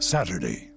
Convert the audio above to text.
Saturday